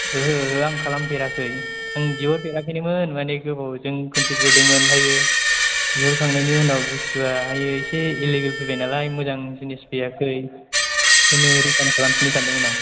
ओहो ओहो आं खालामफेराखै आं बिहरफेराखैनोमोन मानि गोबावजों खनसे बिहरदोंमोन ओमफ्राय बिहरखांनायनि उनाव बस्थुआहाय एसे एलेगेल फैनाय नालाय मोजां जिनिस फैयाखै बेखायनो रिटार्न खालामफिनो सानदोंमोन आं